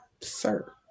Sir